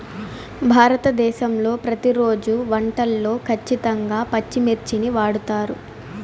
భారతదేశంలో ప్రతిరోజు వంటల్లో ఖచ్చితంగా పచ్చిమిర్చిని వాడుతారు